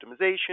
optimization